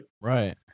Right